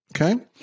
Okay